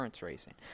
racing